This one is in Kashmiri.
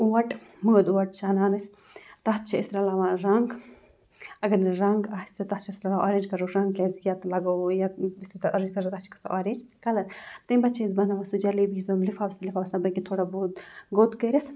اوٹ مٲدٕ اوٹ چھِ اَنان أسۍ تَتھ چھِ أسۍ رَلاوان رَنٛگ اگر نہٕ رَنٛگ آسہِ تہٕ تَتھ چھِ أسۍ رَلاوان آرینٛج کَلرُک رَنٛگ کیٛازِکہِ یَتھ لَگاوَو یَتھ یُتھُے سُہ آرینٛج کَلَر تَتھ چھِ کھَسان آرینٛج کَلَر تمہِ پَتہٕ چھِ أسۍ بَناوان سُہ جَلیبی یُس زَن یِم لِفاف چھِ آسان لِفاف آسان بٔنۍکِنۍ تھوڑا بوٚد گوٚد کٔرِتھ